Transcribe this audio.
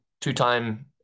two-time